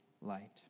light